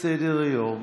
בסדר-היום.